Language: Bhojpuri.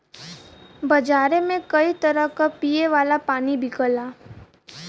बजारे में कई तरह क पिए वाला पानी बिकला